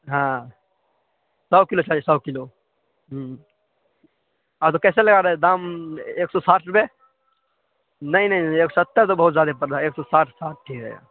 ہاں سو کلو چاہیے سو کلو ہوں اور تو کیسے لگا رہے ہیں دام ایک سو ساٹھ روپیے نہیں نہیں نہیں ایک سو ستّر تو بہت زیادے پڑ رہا ہے ایک سو ساٹھ تھا ٹھیک رہے گا